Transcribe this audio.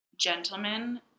gentlemen